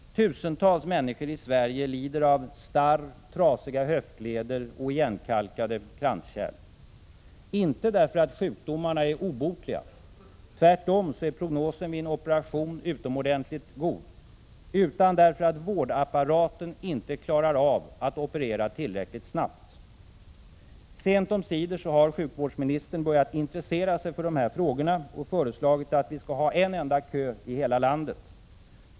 Tusentals människor i Sverige lider av starr, trasiga höftleder eller igenkalkade kranskärl. Inte därför att sjukdomarna är obotliga — tvärtom är prognosen vid en operation mycket god — utan därför att vårdapparaten inte klarar av att operera tillräckligt snabbt. Sent omsider har sjukvårdsministern börjat intressera sig för de här frågorna och föreslagit att vi skall ha en enda kö i hela landet.